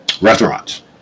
restaurants